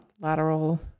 lateral